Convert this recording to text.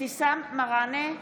אבתיסאם מראענה,